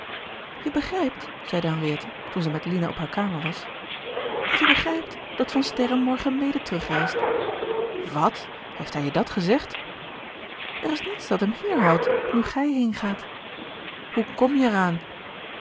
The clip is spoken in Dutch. je begrijpt zeide henriette toen zij met lina op gerard keller het testament van mevrouw de tonnette hare kamer was je begrijpt dat van sterren morgen mede terug reist wat heeft hij je dat gezegd er is niets dat hem hier houdt nu gij heengaat hoe kom je er aan